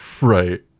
right